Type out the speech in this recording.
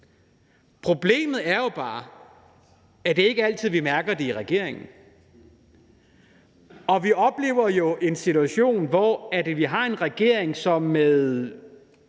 Problemet er jo bare, at det ikke er altid, vi mærker det i regeringen. Vi oplever en situation, hvor der er en regering, som med